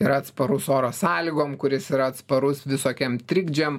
yra atsparus oro sąlygom kuris yra atsparus visokiem trikdžiam